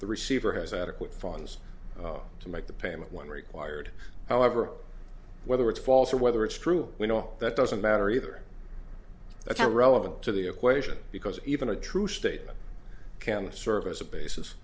the receiver has adequate funds to make the payment when required however whether it's false or whether it's true you know that doesn't matter either that's not relevant to the equation because even a true statement can serve as a basis